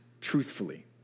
truthfully